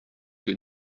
que